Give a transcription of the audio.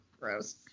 Gross